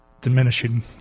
diminishing